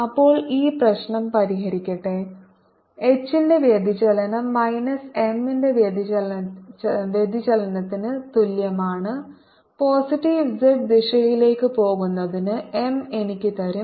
അപ്പോൾ ഈ പ്രശ്നം പരിഹരിക്കട്ടെ H ന്റെ വ്യതിചലനം മൈനസ് M ന്റെ വ്യതിചലനത്തിന് തുല്യമാണ് പോസിറ്റീവ് z ദിശയിലേക്ക് പോകുന്നതിന് M എനിക്ക് തരും